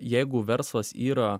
jeigu verslas yra